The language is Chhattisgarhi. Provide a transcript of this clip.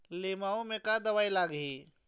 लिमाऊ मे का दवई लागिही?